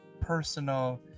personal